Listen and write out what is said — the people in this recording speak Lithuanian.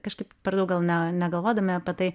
kažkaip per daug gal net negalvodami apie tai